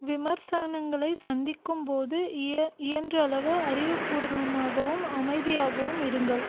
விமர்சனங்களை சந்திக்கும்போது இய இயன்றளவு அறிவுப்பூர்வமாகவும் அமைதியாகவும் இருங்கள்